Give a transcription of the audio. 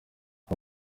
ati